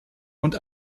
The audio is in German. und